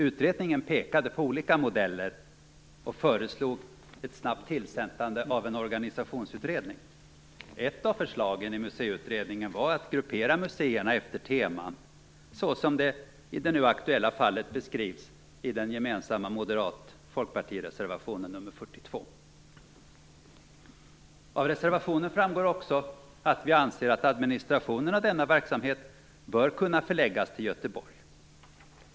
Utredningen pekade på olika modeller och föreslog ett snabbt tillsättande av en organisationsutredning. Ett av förslagen i museiutredningen var att gruppera museerna efter teman, så som det i det nu aktuella fallet beskrivs i den gemensamma reservationen nr 42, av bl.a. m och fp. Av reservationen framgår också att vi anser att administrationen av denna verksamhet bör kunna förläggas till Göteborg.